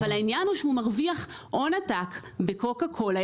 אבל העניין שהוא מרוויח הון עתק בקוקה קולה,